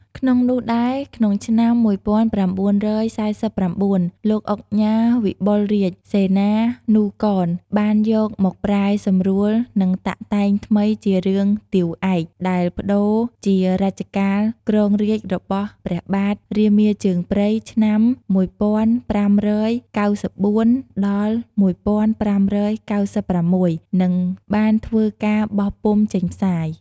ក្នុងនោះដែរ ក្នុងឆ្នាំ ១៩៤៩ លោកឧកញ៉ាវិបុលរាជសេនា នូ កន បានយកមកប្រែសម្រួលនិងតាក់តែងថ្មីជារឿង ទាវឯក ដែលប្ដូរជារជ្ជកាលគ្រងរាជរបស់ ព្រះបាទ រាមាជើងព្រៃ ឆ្នាំ (១៥៩៤ ដល់ ១៥៩៦) និងបានធ្វើការបោះពុម្ភចេញផ្សាយ។